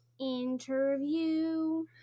Interview